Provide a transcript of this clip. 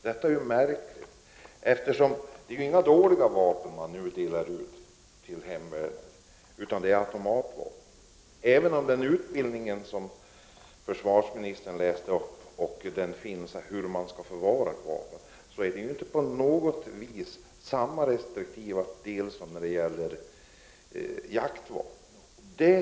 Detta är märkligt eftersom det inte är några dåliga vapen man delar ut till hemvärnet, utan det är fråga om automatvapen. Även om man inom hemvärnet får den utbildning om vapen och om hur dessa skall förvaras som försvarsministern redogjorde för är det inte på något vis här fråga om samma restriktivitet som när det gäller jaktvapen.